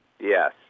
yes